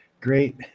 great